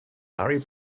larry